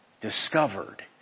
discovered